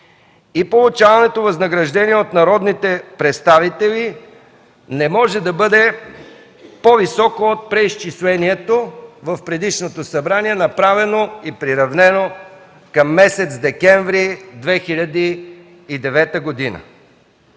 „Получаваното възнаграждение от народните представители не може да бъде по-високо от преизчислението в предишното събрание, направено и приравнено към месец декември 2009 г.